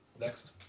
Next